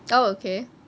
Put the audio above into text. oh okay